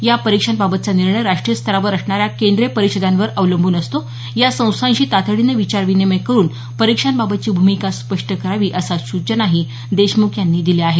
या परीक्षांबाबत चा निर्णय राष्ट्रीय स्तरावर असणाऱ्या केंद्रीय परिषदांवर अवलंबून असतो या संस्थांशी तातडीने विचारविनिमय करून परीक्षांबाबतची भूमिका स्पष्ट करावी अशा सूचना देशम्ख यांनी दिल्या आहेत